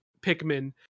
Pikmin